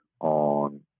on